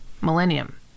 Millennium